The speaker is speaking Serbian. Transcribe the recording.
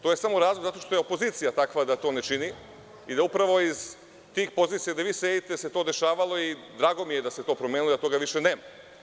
To je samo zato što je opozicija takva da to ne čini i upravo iz tih pozicija, gde vi sedite se to dešavalo i drago mi je da se to promenilo i da toga više nema.